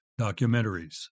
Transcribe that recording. documentaries